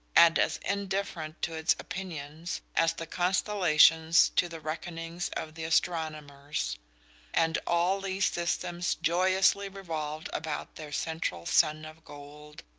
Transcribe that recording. and as indifferent to its opinions as the constellations to the reckonings of the astronomers and all these systems joyously revolved about their central sun of gold.